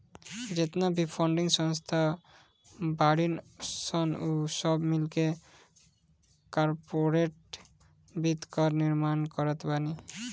जेतना भी फंडिंग संस्था बाड़ीन सन उ सब मिलके कार्पोरेट वित्त कअ निर्माण करत बानी